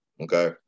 okay